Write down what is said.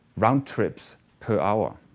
round trips per hour.